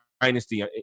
dynasty